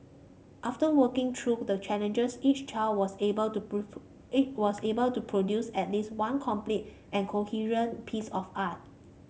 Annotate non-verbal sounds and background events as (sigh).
after working through the challenges each child was able to (unintelligible) each was able to produce at least one complete and coherent piece of art